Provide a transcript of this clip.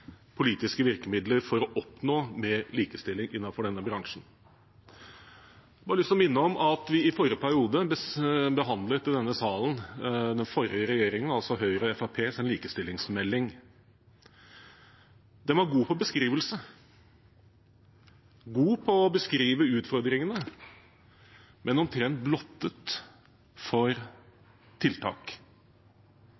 politiske virkemidler for å oppnå mer likestilling innenfor denne bransjen. Jeg har bare lyst til å minne om at vi i forrige periode i denne salen behandlet den forrige regjeringens – altså Høyre–Fremskrittsparti-regjeringens – likestillingsmelding. Den var god på beskrivelse, god på å beskrive utfordringene, men omtrent blottet for